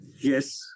Yes